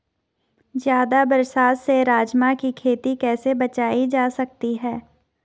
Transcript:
ज़्यादा बरसात से राजमा की खेती कैसी बचायी जा सकती है?